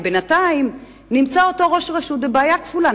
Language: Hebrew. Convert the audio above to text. בינתיים נמצא ראש הרשות בבעיה כפולה,